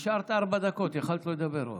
השארת ארבע דקות, יכולת לדבר עוד.